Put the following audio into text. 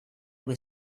were